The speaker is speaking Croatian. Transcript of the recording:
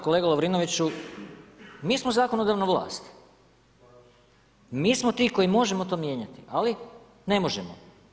Kolega Lovrinoviću, mi smo zakonodavna vlast, mi smo ti koji možemo to mijenjati, ali ne možemo.